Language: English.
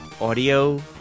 audio